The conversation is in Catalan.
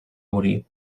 morir